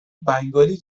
بنگالی